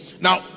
now